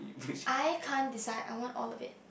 I can't decide I want all of it